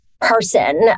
person